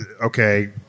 okay